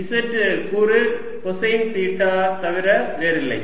z கூறு கொசைன் தீட்டா தவிர வேறில்லை